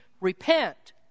repent